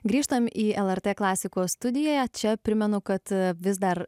grįžtam į lrt klasikos studiją čia primenu kad vis dar